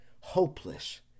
hopeless